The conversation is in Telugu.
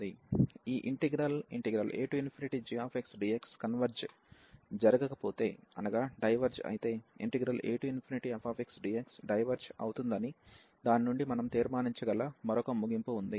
ఈ ఇంటిగ్రల్ agxdx కన్వెర్జ్ జరగకపోతే అనగా డైవెర్జ్ అయితే afxdx డైవెర్జ్ అవుతుందని దాని నుండి మనం తీర్మానించగల మరొక ముగింపు ఉంది